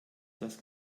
dass